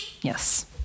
Yes